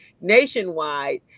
nationwide